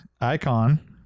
Icon